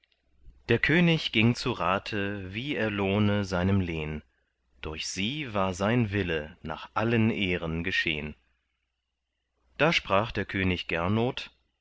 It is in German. der könig ging zu rate wie er lohne seinem lehn durch sie war sein wille nach allen ehren geschehn da sprach der könig gernot